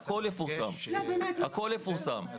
שום דבר לא פורסם.